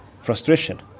frustration